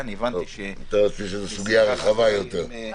אני מבין שזו סוגיה רחבה יותר.